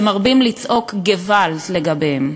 שמרבים לצעוק געוואלד לגביהם.